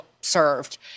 served